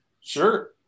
Sure